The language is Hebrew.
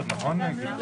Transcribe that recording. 12:10.